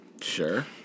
Sure